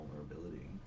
vulnerability